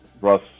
Russ